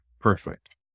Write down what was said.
Perfect